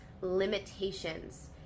limitations